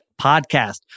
podcast